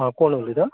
आं कोण उलयता